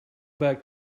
back